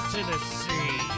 Tennessee